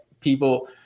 people